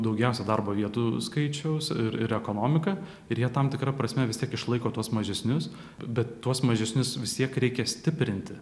daugiausiai darbo vietų skaičius ir ekonomiką ir jie tam tikra prasme vis tiek išlaiko tuos mažesnius bet tuos mažesnius vis tiek reikia stiprinti